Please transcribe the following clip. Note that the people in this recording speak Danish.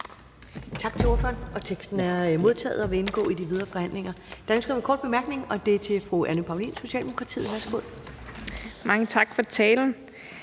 Tak til ordføreren. Teksten er modtaget og vil indgå i de videre forhandlinger. Der er et ønske om en kort bemærkning fra fru Anne Paulin, Socialdemokratiet. Værsgo. Kl. 13:05 Anne